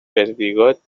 perdigot